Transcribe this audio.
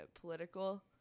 political